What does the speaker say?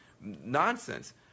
nonsense